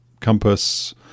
compass